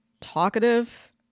talkative